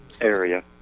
Area